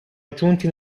aggiunti